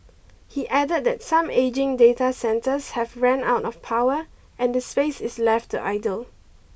he added that some ageing data centres have ran out of power and the space is left to idle